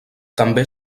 també